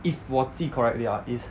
if 我记 correctly ah is